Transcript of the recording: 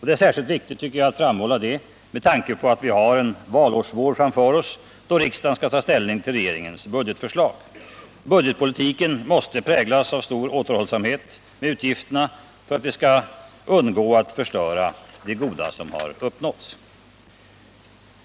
Det är särskilt viktigt att framhålla detta med tanke på att vi har en valårsvår framför oss, då riksdagen skall ta ställning till regeringens budgetförslag. Budgetpolitiken måste präglas av stor återhållsamhet med utgifterna för att vi skall undgå att förstöra det goda som har uppnåtts.